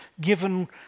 given